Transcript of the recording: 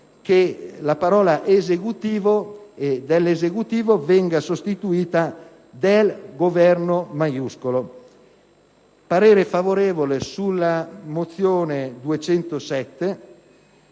parere favorevole sulle mozioni nn.